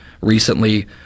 recently